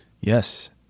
Yes